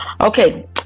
Okay